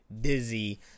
dizzy